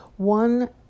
one